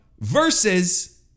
Versus